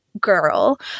girl